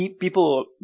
people